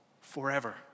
forever